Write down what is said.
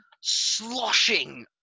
sloshing